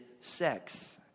sex